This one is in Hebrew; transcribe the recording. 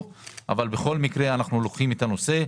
אבל בכל מקרה אנחנו לוקחים את הנושא.